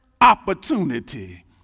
opportunity